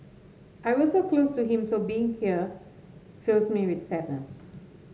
I was so close to him so being here fills me with sadness